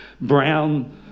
brown